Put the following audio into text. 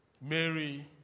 Mary